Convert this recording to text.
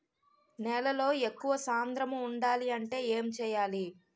నేలలో ఎక్కువ సాంద్రము వుండాలి అంటే ఏంటి చేయాలి?